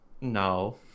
No